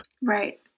right